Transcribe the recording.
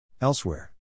Elsewhere